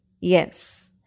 Yes